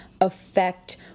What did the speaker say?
affect